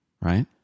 Right